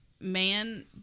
man